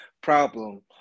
problem